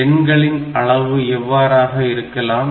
எண்களின் அளவு எவ்வளவாக இருக்கலாம்